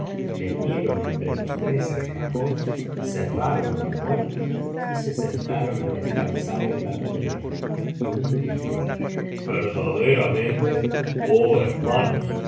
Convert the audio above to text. metieron entre los tres el cajón cerraron la puerta y se sentaron á descansar en la tourbeh y uno dijo verdaderamente oh hermanos